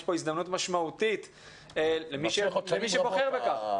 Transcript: יש כאן הזדמנות משמעותית למי שבוחר בכך.